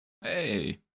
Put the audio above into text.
Hey